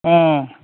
ओं